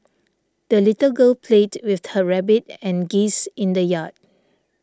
the little girl played with her rabbit and geese in the yard